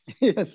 Yes